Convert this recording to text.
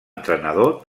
entrenador